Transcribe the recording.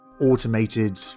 Automated